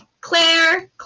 Claire